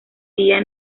día